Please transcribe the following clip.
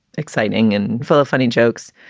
exciting and full of funny jokes.